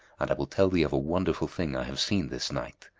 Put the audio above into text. and i will tell thee of a wonderful thing i have seen this night.